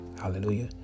Hallelujah